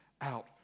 out